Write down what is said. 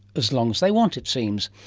as long as they want it seems.